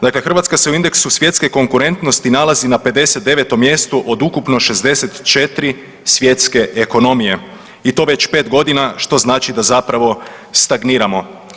Dakle, Hrvatska se u indeksu svjetske konkurentnosti nalazi na 59. mjestu od ukupno 64. svjetske ekonomije i to već 5.g., što znači da zapravo stagniramo.